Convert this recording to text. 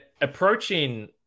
approaching